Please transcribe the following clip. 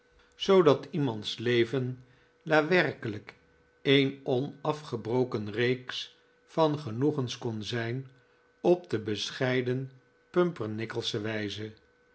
zoodat iemands leven daar werkelijk een onafgebroken reeks van genoegens kon zijn op de bescheiden pumpernickelsche wijze